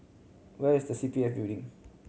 where is C P F Building